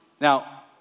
Now